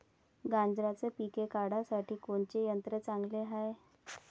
गांजराचं पिके काढासाठी कोनचे यंत्र चांगले हाय?